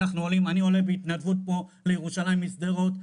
אני עולה בהתנדבות פה לירושלים משדרות.